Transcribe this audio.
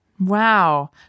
wow